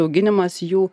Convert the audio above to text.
auginimas jų